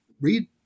read